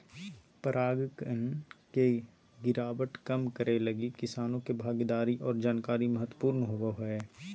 परागण के गिरावट कम करैय लगी किसानों के भागीदारी और जानकारी महत्वपूर्ण होबो हइ